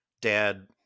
dad